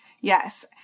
Yes